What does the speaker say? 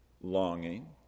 longing